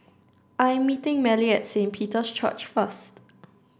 I'm meeting Mallie at Saint Peter's Church first